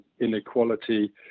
inequality